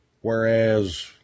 Whereas